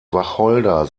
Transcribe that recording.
wacholder